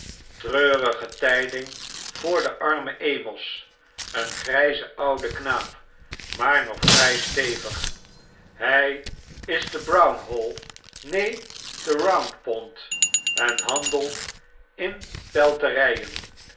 treurige tyding voor den armen amos een grrjzen ouden knaap maar nog vry stevig hfl is te brown-hole neen te round-pond en handelt in